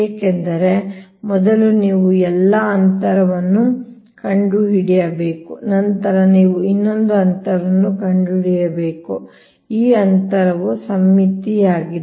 ಏಕೆಂದರೆ ಮೊದಲು ನೀವು ಎಲ್ಲಾ ಅಂತರವನ್ನು ಕಂಡುಹಿಡಿಯಬೇಕು ನಂತರ ನೀವು ಇನ್ನೊಂದು ಅಂತರವನ್ನು ಕಂಡುಹಿಡಿಯಬೇಕು ಈ ಅಂತರವು ಸಮ್ಮಿತೀಯವಾಗಿದೆ